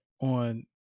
on